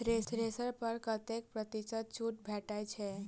Thresher पर कतै प्रतिशत छूट भेटय छै?